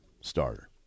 starter